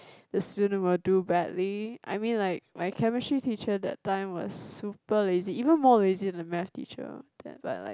the student will do badly I mean like my chemistry teacher that time was super lazy even more lazy than the math teacher but like